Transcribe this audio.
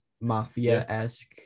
mafia-esque